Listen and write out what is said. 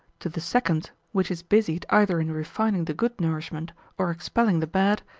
to the second, which is busied either in refining the good nourishment or expelling the bad,